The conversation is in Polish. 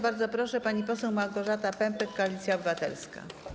Bardzo proszę, pani poseł Małgorzata Pępek, Koalicja Obywatelska.